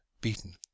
beaten